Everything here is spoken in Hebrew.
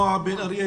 נועה בן אריה,